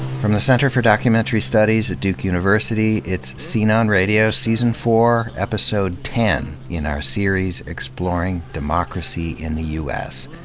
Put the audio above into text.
from the center for documentary studies at duke university, it's scene on radio season four, episode ten in our series exploring democracy in the u s.